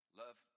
love